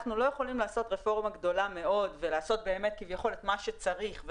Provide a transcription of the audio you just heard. אנחנו לא יכולים לעשות רפורמה גדולה מאוד ולעשות באמת את מה שצריך,